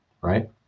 Right